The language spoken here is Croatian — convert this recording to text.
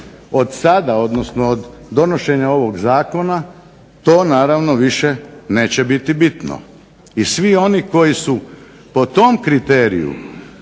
Od sada odnosno od donošenja ovog Zakona to naravno više neće biti bitno. I svi oni koji su po tom kriteriju